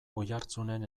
oiartzunen